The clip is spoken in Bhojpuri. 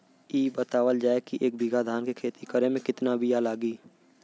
इ बतावल जाए के एक बिघा धान के खेती करेमे कितना बिया लागि?